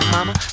Mama